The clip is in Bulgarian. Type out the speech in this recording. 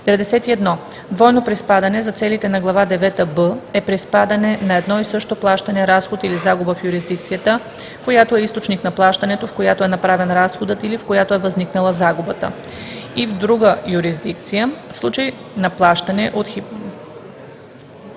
91. „Двойно приспадане“ за целите на глава девета „б“ е приспадане на едно и също плащане, разход или загуба в юрисдикцията, която е източник на плащането, в която е направен разходът или в която е възникнала загубата (юрисдикция на платеца), и